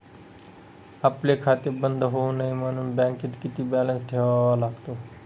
आपले खाते बंद होऊ नये म्हणून बँकेत किती बॅलन्स ठेवावा लागतो?